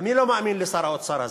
אני לא מאמין לשר האוצר הזה.